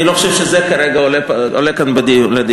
אני לא חושב שזה עולה כרגע כאן לדיון.